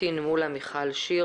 פטין מולא, מיכל שיר